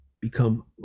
become